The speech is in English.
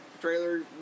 trailer